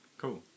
Cool